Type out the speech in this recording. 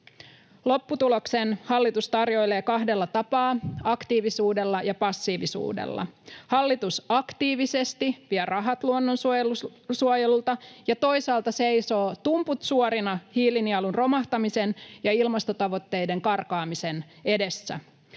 Lopputuloksen hallitus tarjoilee kahdella tapaa: aktiivisuudella ja passiivisuudella. Hallitus aktiivisesti vie rahat luonnonsuojelulta ja toisaalta seisoo tumput suorina hiilinielun romahtamisen ja ilmastotavoitteiden karkaamisen edessä.